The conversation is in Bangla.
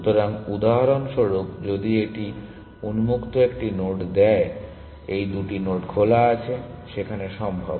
সুতরাং উদাহরণস্বরূপ যদি এটি উন্মুক্ত একটি নোড হয় এই দুটি নোড খোলা আছে সেখানে সম্ভব